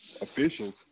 officials